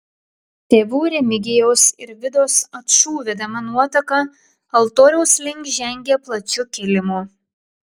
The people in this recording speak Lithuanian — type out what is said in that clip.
tėvų remigijaus ir vidos ačų vedama nuotaka altoriaus link žengė plačiu kilimu